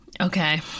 Okay